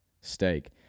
steak